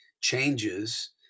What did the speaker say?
changes